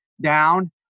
down